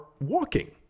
walking